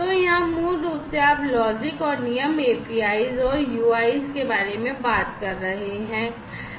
तो यहां मूल रूप से आप लॉजिक और नियम एपीआई के बारे में बात कर रहे हैं